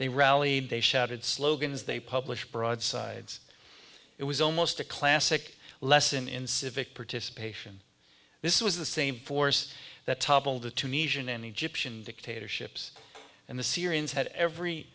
they rallied they shouted slogans they publish broadsides it was almost a classic lesson in civic participation this was the same force that toppled the tunisian and egyptian dictatorships and the syrians had every